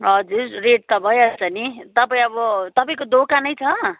हजुर रेट त भइहाल्छ नि तपाईँ अब तपाईँको दोकानै छ